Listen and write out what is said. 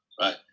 Right